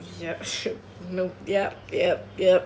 yup no yup yup yup